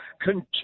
continue